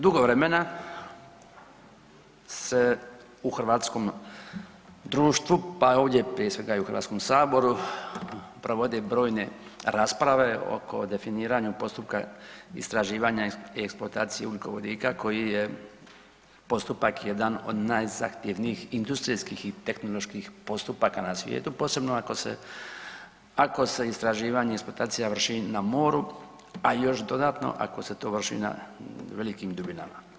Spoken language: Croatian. Dugo vremena se u hrvatskom društvu pa ovdje prije svega i u Hrvatskom saboru, provode brojne rasprave oko definiranja postupka istraživanja i eksploataciji ugljikovodika koji je postupak jedan od najzahtjevnijih industrijskih i tehnoloških postupaka na svijetu, posebno ako se istraživanje i eksploatacija vrši na moru a još dodatno ako se to vrši na velikim dubinama.